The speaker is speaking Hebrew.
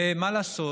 מה לעשות,